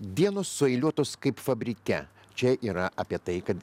dienos sueiliuotus kaip fabrike čia yra apie tai kad